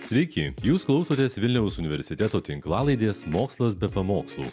sveiki jūs klausotės vilniaus universiteto tinklalaidės mokslas be pamokslų